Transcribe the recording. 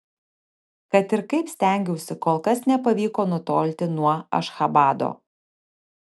kad ir kaip stengiausi kol kas nepavyko nutolti nuo ašchabado